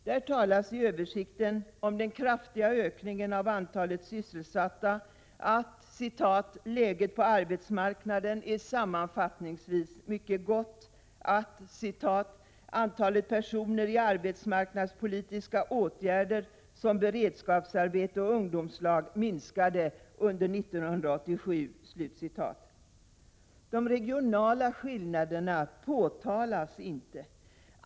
Där talas det i översikten om den kraftiga ökningen av antalet sysselsatta. Det sägs: ”Läget på arbetsmarknaden är sammanfattningsvis mycket gott.” Vidare sägs: ” Antalet personer i arbetsmarknadspoli De regionala skillnaderna påtalas inte.